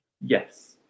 yes